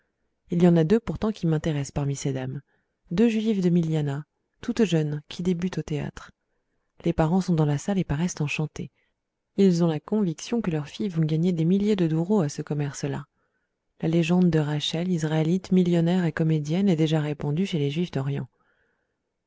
il y en a deux pourtant qui m'intéressent parmi ces dames deux juives de milianah toutes jeunes qui débutent au théâtre les parents sont dans la salle et paraissent enchantés ils ont la conviction que leurs filles vont gagner des milliers de douros à ce commerce là la légende de rachel israélite millionnaire et comédienne est déjà répandue chez les juifs d'orient